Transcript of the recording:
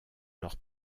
leur